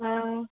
आं